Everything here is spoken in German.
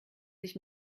sich